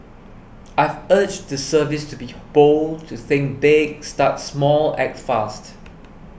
I've urged the service to be bold to think big start small act fast